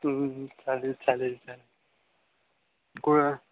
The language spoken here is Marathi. चालेल चालेल चालेल कोणा